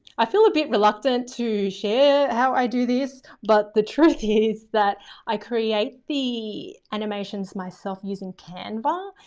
i feel a bit reluctant to share how i do this, but the truth is that i create the animations myself using canva.